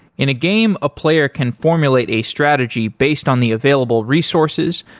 in a game, a player can formulate a strategy based on the available resources,